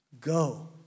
go